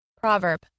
Proverb